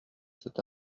cet